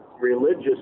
religious